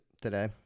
today